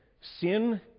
sin